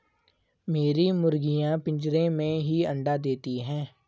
मेरी मुर्गियां पिंजरे में ही अंडा देती हैं